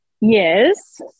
Yes